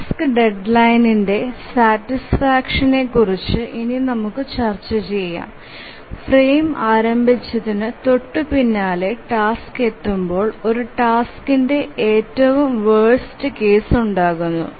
task ഡെഡ്ലൈനിന്ടെ സാറ്റിസ്ഫാക്ഷനെ കുറച്ചു ഇനി നമുക്ക് ചർച്ച ചെയ്യാം ഫ്രെയിം ആരംഭിച്ചതിന് തൊട്ടുപിന്നാലെ ടാസ്ക് എത്തുമ്പോൾ ഒരു ടാസ്ക്കിന്റെ ഏറ്റവും വേർസ്റ് കേസ് ഉണ്ടാകുന്നു